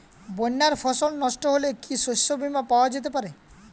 বন্যায় ফসল নস্ট হলে কি শস্য বীমা পাওয়া যেতে পারে?